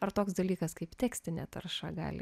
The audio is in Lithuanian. ar toks dalykas kaip tekstinė tarša gali